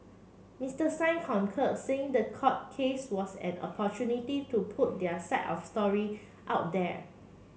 Mister Singh concur saying the court case was an opportunity to put their side of the story out there